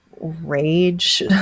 rage